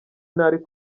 ntari